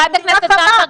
חברת הכנסת זנדברג,